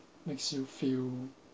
makes you feel